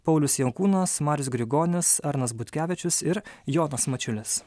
paulius jankūnas marius grigonis arnas butkevičius ir jonas mačiulis